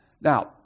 Now